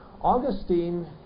Augustine